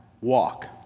walk